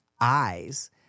eyes